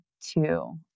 two